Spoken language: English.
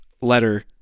letter